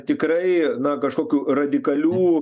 tikrai na kažkokių radikalių